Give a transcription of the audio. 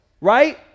right